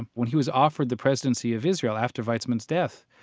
when he was offered the presidency of israel after weizmann's death,